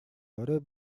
орой